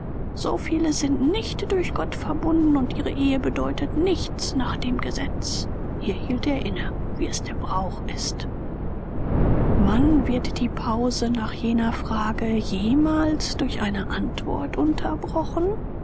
so viele sind nicht durch gott verbunden und ihre ehe bedeutet nichts nach dem gesetz hier hielt er inne wie es der brauch ist wann wird die pause nach jener frage jemals durch eine antwort unterbrochen